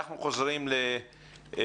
אנחנו עוברים לדויד